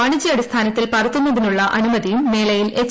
വാണിജ്യാടിസ്ഥാനത്തിൽ പറത്തുന്നതിനുള്ള അനുമതിയും മേളയിൽ എച്ച്